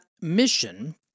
mission